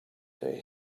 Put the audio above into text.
they